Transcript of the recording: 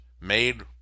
made